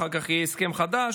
אחר כך יהיה הסכם חדש,